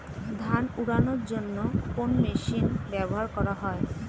ধান উড়ানোর জন্য কোন মেশিন ব্যবহার করা হয়?